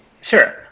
sure